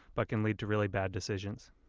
but can lead to really bad decisions